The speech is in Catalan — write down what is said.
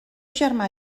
germà